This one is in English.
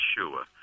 Yeshua